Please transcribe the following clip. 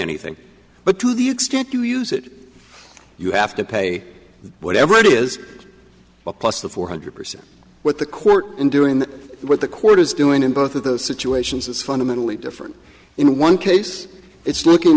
anything but to the extent you use it you have to pay whatever it is a plus the four hundred percent what the court in doing what the court is doing in both of those situations is fundamentally different in one case it's looking